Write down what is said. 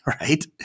right